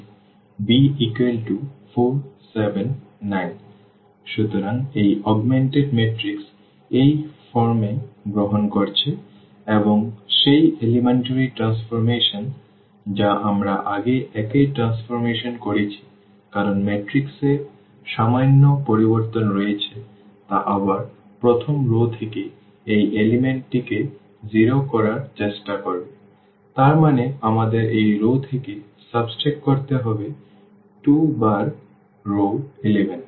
b4 7 9 সুতরাং এই augmented matrix এই ফর্ম গ্রহণ করছে এবং সেই এলিমেন্টারি ট্রান্সফরমেশন যা আমরা আগে একই ট্রান্সফরমেশন করেছি কারণ ম্যাট্রিক্স এ সামান্য পরিবর্তন রয়েছে তা আবার প্রথম রও থেকে এই উপাদানটিকে 0 করার চেষ্টা করবে তার মানে আমাদের এই রও থেকে বিয়োগ করতে হবে 2 বার রও 1